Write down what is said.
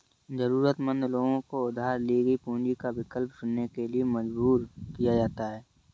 जरूरतमंद लोगों को उधार ली गई पूंजी का विकल्प चुनने के लिए मजबूर किया जाता है